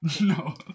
no